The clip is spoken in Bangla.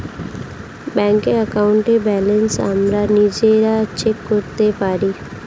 ব্যাংক অ্যাকাউন্টের ব্যালেন্স আমরা নিজেরা চেক করতে পারি